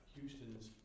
Houston's